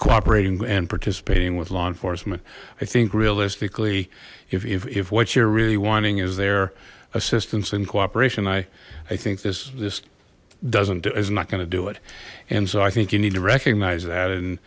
cooperating and participating with law enforcement i think realistically if what you're really wanting is their assistance in cooperation i i think this this doesn't is not going to do it and so i think you need to recognize that and